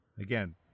again